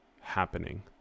happening